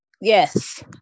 yes